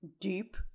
deep